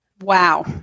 Wow